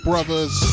Brothers